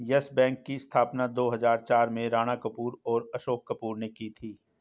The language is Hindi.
यस बैंक की स्थापना दो हजार चार में राणा कपूर और अशोक कपूर ने की थी